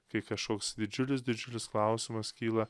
kai kažkoks didžiulis didžiulis klausimas kyla